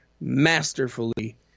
masterfully